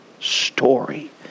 story